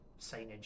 signage